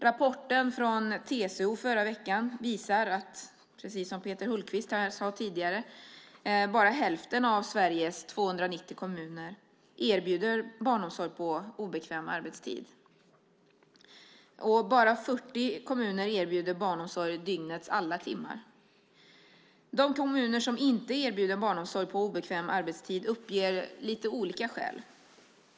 Rapporten från TCO förra veckan visar, precis som Peter Hultqvist sade tidigare, att bara hälften av Sveriges 290 kommuner erbjuder barnomsorg på obekväm arbetstid. Bara 40 kommuner erbjuder barnomsorg dygnets alla timmar. De kommuner som inte erbjuder barnomsorg på obekväm arbetstid uppger lite olika skäl.